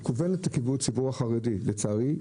מכוונת לכיוון הציבור החרדי לצערי,